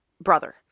brother